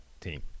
team